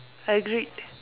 I agreed